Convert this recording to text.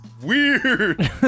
weird